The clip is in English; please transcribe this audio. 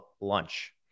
lunch